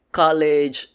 college